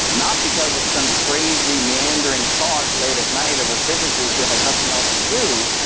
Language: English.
not because it's some crazy meandering thought late at night of a physicist who has nothing else to do,